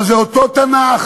אבל זה אותו תנ"ך